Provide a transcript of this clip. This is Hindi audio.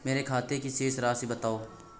मेरे खाते की शेष राशि बताओ?